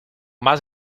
más